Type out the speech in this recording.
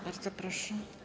Bardzo proszę.